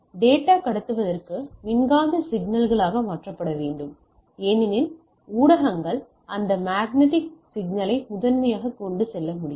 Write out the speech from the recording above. எனவே டேட்டா கடத்துவதற்கு மின்காந்த சிக்னல் களாக மாற்றப்பட வேண்டும் ஏனெனில் ஊடகங்கள் அந்த மேக்னடிக் சிக்னலை முதன்மையாக கொண்டு செல்ல முடியும்